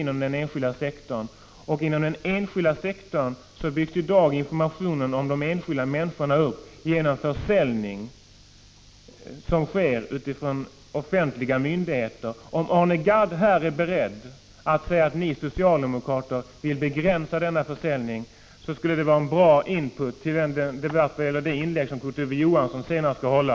Något motsvarande finns inte inom den enskilda sektorn, och där byggs i dag informationen om de enskilda människorna upp på grundval av uppgifter som offentliga myndigheter bedriver försäljning av. Om Arne Gadd här är beredd att säga att socialdemokraterna vill begränsa denna försäljning, skulle det vara en bra inledning till det inlägg Kurt Ove Johansson senare skall hålla.